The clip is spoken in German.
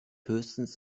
höchstens